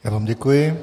Já vám děkuji.